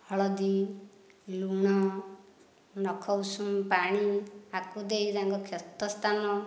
ହଳଦୀ ଲୁଣ ନଖ ଉଷୁମ ପାଣି ୟାକୁ ଦେଇ ତାଙ୍କ କ୍ଷତ ସ୍ଥାନ